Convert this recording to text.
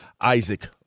Isaac